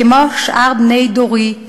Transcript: כמו שאר בני דורי,